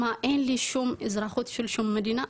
"מה אין לי שום אזרחות של שום מדינה?